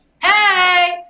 Hey